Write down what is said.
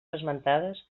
esmentades